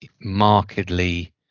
markedly